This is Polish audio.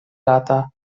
lata